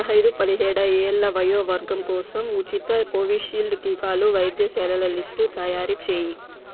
పదహైదు పదిహేడ ఏళ్ళ వయోవర్గం కోసం ఉచిత కోవిషీల్డ్ టీకాలు వైద్యశాలల లిస్టు తయారుచేయి